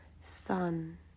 sun